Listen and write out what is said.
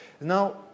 now